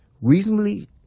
reasonably